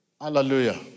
Hallelujah